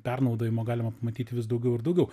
pernaudojimo galima pamatyti vis daugiau ir daugiau